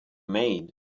made